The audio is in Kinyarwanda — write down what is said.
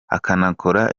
akanakora